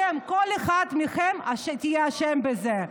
אתם, כל אחד מכם יהיה אשם בזה,